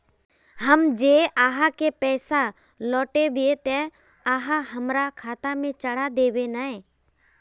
हम जे आहाँ के पैसा लौटैबे ते आहाँ हमरा खाता में चढ़ा देबे नय?